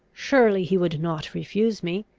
surely he would not refuse me?